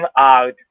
out